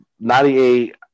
98